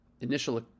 initial